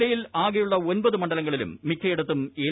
ജില്ലയിൽ ആകെയുള്ള ഒൻപത് മണ്ഡലങ്ങളിലും മിക്കയിടത്തും എൽ